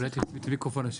ובכל מקרה,